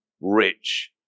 rich